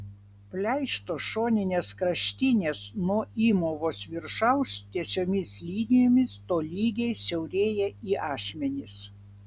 pleišto šoninės kraštinės nuo įmovos viršaus tiesiomis linijomis tolygiai siaurėja į ašmenis